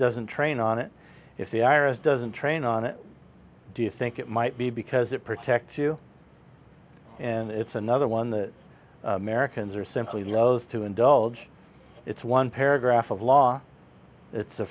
doesn't train on it if the iris doesn't train on it do you think it might be because it protects you and it's another one that americans are simply loath to indulge it's one paragraph of law it's a